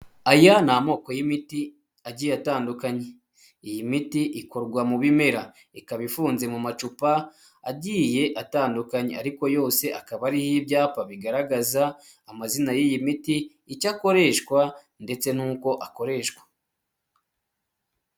Aya ni amoko y'imiti agiye atandukanye iyi miti ikorwa mu bimera, ikaba ifunze mu macupa agiye atandukanye ariko yose akaba ariho ibyapa bigaragaza amazina y'iyi miti, icyo akoreshwa ndetse n'uko akoreshwa.